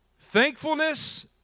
thankfulness